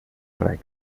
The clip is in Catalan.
regne